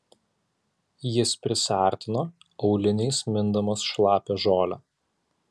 jis prisiartino auliniais mindamas šlapią žolę